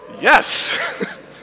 Yes